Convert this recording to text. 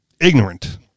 ignorant